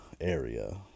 area